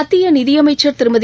மத்திய நிதியமைச்சர் திருமதி